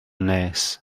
nes